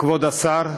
כבוד השר,